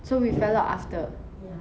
so we fell out after